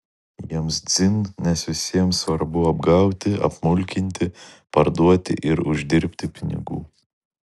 jiems dzin nes visiems svarbu apgauti apmulkinti parduoti ir uždirbti pinigų